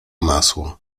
masło